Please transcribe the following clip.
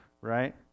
right